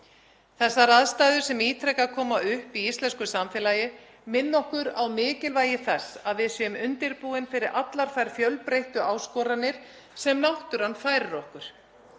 Þessar aðstæður sem ítrekað koma upp í íslensku samfélagi minna okkur á mikilvægi þess að við séum undirbúin fyrir allar þær fjölbreyttu áskoranir sem náttúran færir okkur.